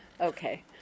Okay